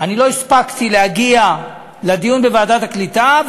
לא הספקתי להגיע לדיון בוועדת הקליטה,